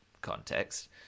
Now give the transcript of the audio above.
context